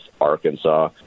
Arkansas